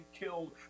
killed